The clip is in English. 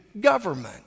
government